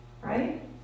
right